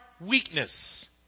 weakness